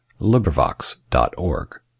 LibriVox.org